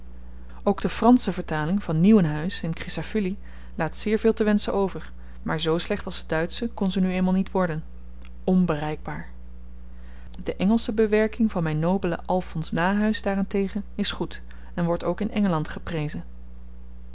ook de fransche vertaling van nieuwenhuis en crisafulli laat zeer veel te wenschen over maar z slecht als de duitsche kon ze nu eenmaal niet worden onbereikbaar de engelsche bewerking van myn nobelen alphons nahuys daarentegen is goed en wordt ook in engeland geprezen